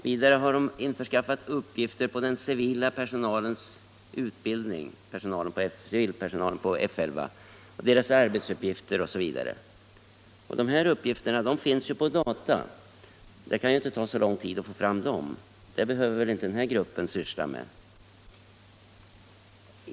Vidare har den införskaffat uppgifter om den civila personalen vid F 11 när det gäller utbildning, arbetsuppgifter osv. Dessa uppgifter finns ju på data, och det kan inte ta så lång tid att få fram dem. Det behöver inte den här gruppen syssla med.